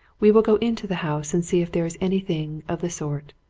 we will go into the house and see if there is anything of the sort.